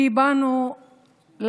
משום שבאנו לעשות